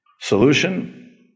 Solution